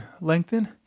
lengthen